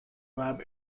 lab